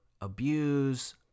abuse